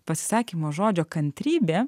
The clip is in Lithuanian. pasisakymo žodžio kantrybė